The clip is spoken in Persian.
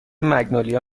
مگنولیا